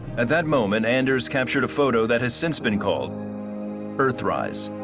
at that moment anders captured a photo that has since been called earth rise.